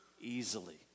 Easily